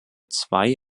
zwei